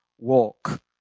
walk